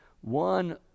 One